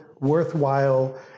worthwhile